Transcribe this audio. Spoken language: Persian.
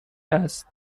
است